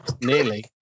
Nearly